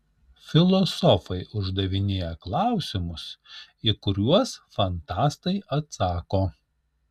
filosofai uždavinėja klausimus į kuriuos fantastai atsako